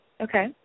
Okay